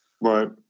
Right